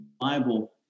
bible